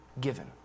given